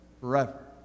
forever